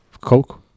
coke